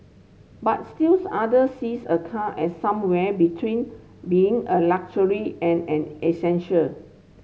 but still other sees a car as somewhere between being a luxury and an essential